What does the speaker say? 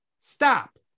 Stop